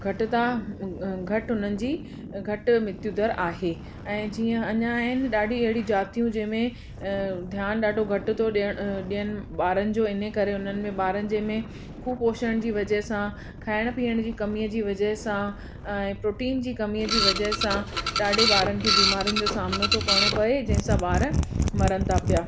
घटि ता घटि उन्हनि जी घटि मृत्यूदर आहे ऐं जीअं अञा आहिनि ॾाढी अहिड़ी जातियूं जंहिंमें अ ध्यानु ॾाढो घटि थो ॾिअण ॾिअनि ॿारनि जो इन ई करे उन्हनि में ॿारनि जे में कुपोषण जी वजह सां खाइण पीअण जी कमीअ जी वज़ह सां ऐं प्रोटीन जी कमीअ जी वजह सां ॾाढे ॿारनि खे बीमारियुनि जो सामिनो थो करिणो पए जंहिंसां ॿार मरण था पिया